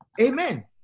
Amen